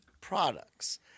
products